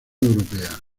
europea